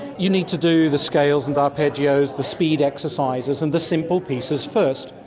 you need to do the scales and arpeggios, the speed exercises and the simple pieces first.